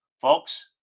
Folks